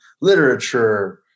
literature